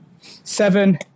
Seven